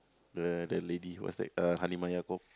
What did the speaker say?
the the lady what's that uh Halimah Yacob